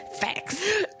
facts